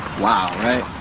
wow right?